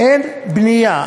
אין בנייה.